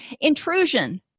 Intrusion